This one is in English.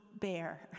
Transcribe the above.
bear